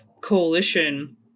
coalition